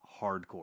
hardcore